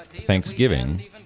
thanksgiving